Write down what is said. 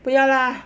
不要啦